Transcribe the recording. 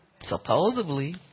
Supposedly